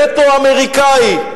וטו אמריקני.